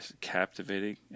Captivating